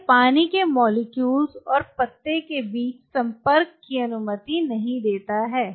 यह पानी के मोलेक्युल्स और पत्ते के बीच संपर्क की अनुमति नहीं देता है